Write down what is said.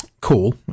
Cool